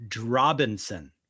Robinson